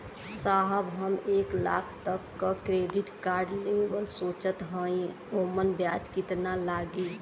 साहब हम एक लाख तक क क्रेडिट कार्ड लेवल सोचत हई ओमन ब्याज कितना लागि?